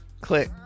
click